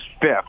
fifth